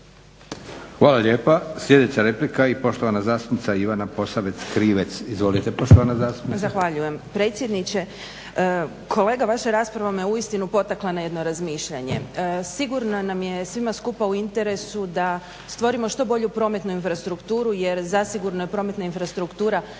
Hvala lijepa. Sljedeća replika i poštovana zastupnica Ivana Posavec Krivec. Izvolite poštovana zastupnice. **Posavec Krivec, Ivana (SDP)** Zahvaljujem predsjedniče. Kolega vaša rasprava me uistinu potakla na jedno razmišljanje. Sigurno nam je svima skupa u interesu da stvorimo što bolju prometnu infrastrukturu jer zasigurno je prometna infrastruktura